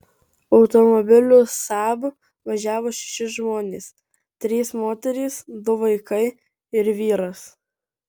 automobiliu saab važiavo šeši žmonės trys moterys du vaikai ir vyras